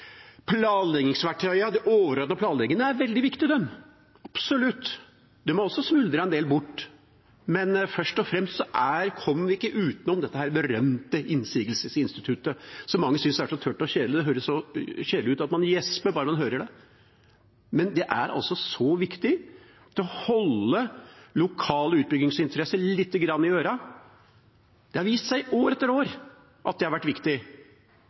en del bort. Først og fremst kommer vi ikke utenom dette berømte innsigelsesinstituttet, som mange synes høres så tørt og kjedelig ut at man gjesper bare man hører det, men det er så viktig å holde lokale utbyggingsinteresser lite grann i øra. Det har vist seg år etter år å ha vært viktig.